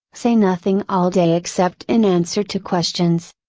say nothing all day except in answer to questions.